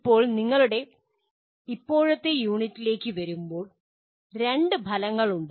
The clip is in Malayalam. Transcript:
ഇപ്പോൾ ഞങ്ങളുടെ ഇപ്പോഴത്തെ യൂണിറ്റിലേക്ക് വരുമ്പോൾ രണ്ട് ഫലങ്ങൾ ഉണ്ട്